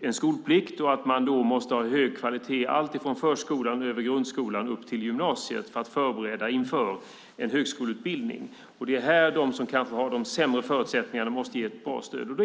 en skolplikt och att man måste ha hög kvalitet i alltifrån förskolan, över grundskolan och upp till gymnasiet för att förbereda för en högskoleutbildning. Det är här de som kanske har de sämre förutsättningarna måste ges ett bra stöd.